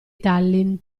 tallinn